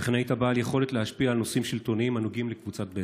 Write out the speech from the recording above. וכן היית בעל יכולת להשפיע על נושאים שלטוניים הנוגעים לקבוצת בזק.